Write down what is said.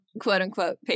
quote-unquote